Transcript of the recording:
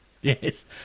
yes